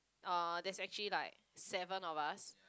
uh there's actually like seven of us